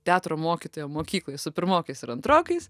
teatro mokytoja mokykloj su pirmokais ir antrokais